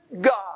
God